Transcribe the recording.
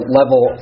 level